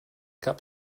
cap